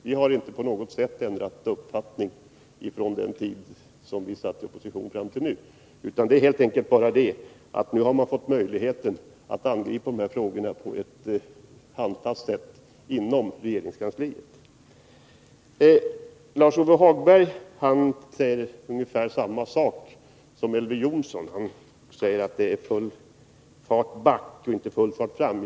Vi har inte på något sätt ändrat uppfattning från den tid då vi satt i opposition fram till nu, utan skillnaden är helt enkelt den att vi nu har fått möjlighet att angripa de här frågorna på ett handfast sätt inom regeringskansliet. Lars-Ove Hagberg säger ungefär samma sak som Elver Jonsson, nämligen att det är full fart back och inte full fart framåt.